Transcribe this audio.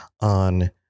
on